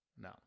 No